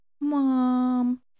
Mom